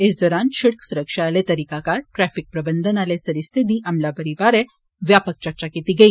इस दौरान शिड़क सुरक्षा आले तरीकाकार ट्रैफिक प्रबंधन आले सरीसते दी अमलावरी बारै व्यापक चर्चा कीत्ती गेई